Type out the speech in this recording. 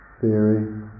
theory